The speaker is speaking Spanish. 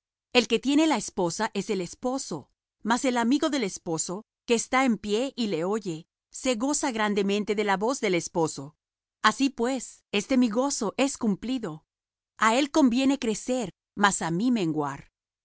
el que tiene la esposa es el esposo mas el amigo del esposo que está en pie y le oye se goza grandemente de la voz del esposo así pues este mi gozo es cumplido a él conviene crecer mas á mí menguar